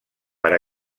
per